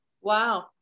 Wow